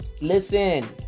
Listen